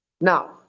now